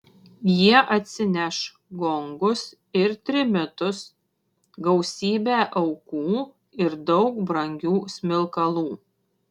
jie atsineš gongus ir trimitus gausybę aukų ir daug brangių smilkalų